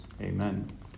Amen